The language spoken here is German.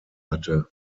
hatte